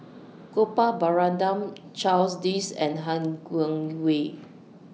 Gopal Baratham Charles Dyce and Han Guangwei